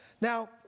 Now